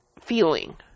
feeling